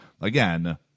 again